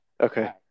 okay